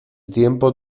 tiempo